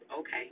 Okay